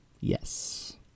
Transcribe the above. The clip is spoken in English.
Yes